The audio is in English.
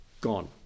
gone